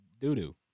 doo-doo